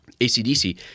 ACDC